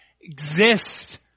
exist